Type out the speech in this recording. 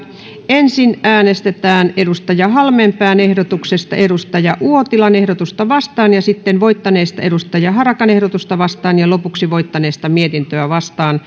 ensin äänestetään hanna halmeenpään ehdotuksesta edustaja kari uotilan ehdotusta vastaan sitten voittaneesta timo harakan ehdotusta vastaa ja lopuksi voittaneesta mietintöä vastaan